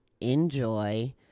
enjoy